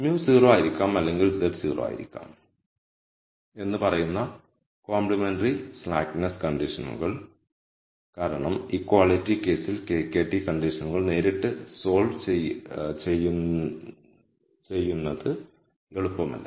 μ 0 ആയിരിക്കാം അല്ലെങ്കിൽ z 0 ആയിരിക്കാം എന്ന് പറയുന്ന കോംപ്ലിമെന്ററി സ്ലാക്ക്നെസ് കണ്ടിഷനുകൾ കണ്ടിഷനുകൾ കാരണം ഇനീക്വാളിറ്റി കേസിൽ KKT കണ്ടിഷനുകൾ നേരിട്ട് സോൾവ് ചെയ്യുന്നുക്കുന്നത് എളുപ്പമല്ല